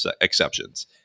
exceptions